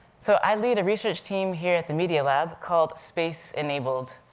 so i lead a research team here at the media lab called space enabled,